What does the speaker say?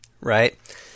right